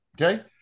Okay